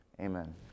Amen